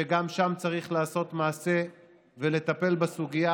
שגם שם צריך לעשות מעשה ולטפל בסוגיה,